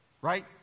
Right